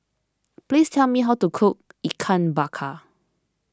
please tell me how to cook Ikan Bakar